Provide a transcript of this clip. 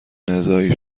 نزاعی